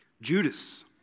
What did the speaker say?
Judas